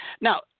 Now